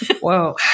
Whoa